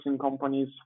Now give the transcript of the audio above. companies